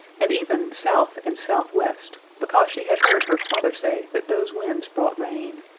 and even south and south-west, because she had heard her father say that those winds brought rain.